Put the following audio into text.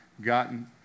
gotten